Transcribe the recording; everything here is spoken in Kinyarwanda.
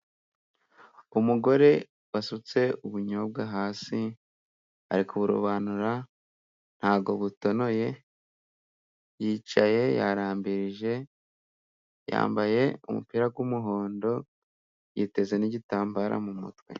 Umugore wasutse ubunyobwa hasi, ari kuburobanura ntabwo butonoye, yicaye yarambirije yambaye umupira w'umuhondo, yiteza ni igitambara mu mutwe.